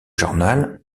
journal